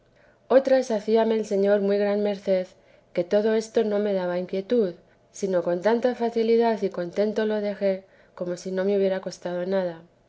otras hacíame dios muy gran merced que todo esto no me daba inquietud sino con tanta facilidad y contento lo dejé como si no me hubiera costado nada